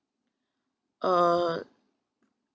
uh